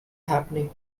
happening